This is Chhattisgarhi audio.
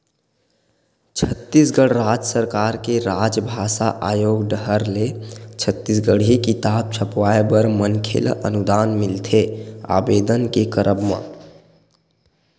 छत्तीसगढ़ राज सरकार के राजभासा आयोग डाहर ले छत्तीसगढ़ी किताब छपवाय बर मनखे ल अनुदान मिलथे आबेदन के करब म